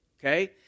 okay